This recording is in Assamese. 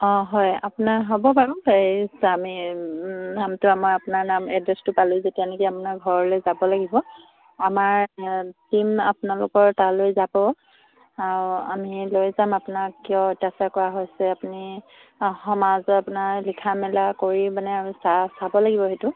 অঁ হয় আপোনাৰ হ'ব বাৰু হেৰি আমি নামটো আমাৰ আপোনাৰ নাম এড্ৰেছটো পালোঁ যেতিয়া নেকি আপোনাৰ ঘৰলে যাব লাগিব আমাৰ টীম আপোনালোকৰ তালৈ যাব আৰু আমি লৈ যাম আপোনাক কিয় অত্যাচাৰ কৰা হৈছে আপুনি সমাজৰ আপোনাৰ লিখা মেলা কৰি মানে আৰু চাব লাগিব সেইটো